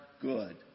good